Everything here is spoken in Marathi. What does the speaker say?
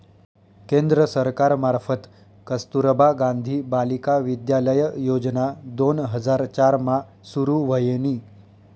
केंद्र सरकार मार्फत कस्तुरबा गांधी बालिका विद्यालय योजना दोन हजार चार मा सुरू व्हयनी